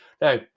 Now